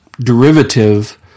derivative